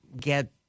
get